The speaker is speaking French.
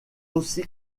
aussi